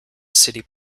city